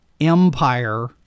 empire